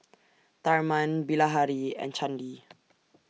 Tharman Bilahari and Chandi